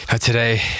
today